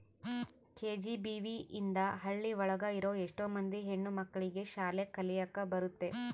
KGBV ಇಂದ ಹಳ್ಳಿ ಒಳಗ ಇರೋ ಎಷ್ಟೋ ಮಂದಿ ಹೆಣ್ಣು ಮಕ್ಳಿಗೆ ಶಾಲೆ ಕಲಿಯಕ್ ಬರುತ್ತೆ